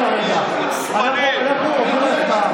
שקבעה הוועדה המסדרת.